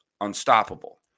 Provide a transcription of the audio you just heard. unstoppable